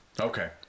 Okay